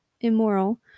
immoral